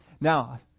Now